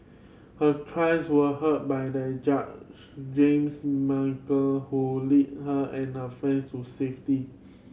her cries were heard by their judge James Michael who lead her and her friends to safety